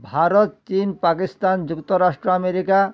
ଭାରତ ଚୀନ ପାକିସ୍ତାନ ଯୁକ୍ତରାଷ୍ଟ୍ର ଆମେରିକା